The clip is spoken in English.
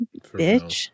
bitch